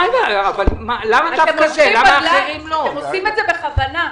הם עושים את זה בכוונה.